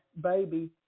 baby